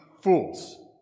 fools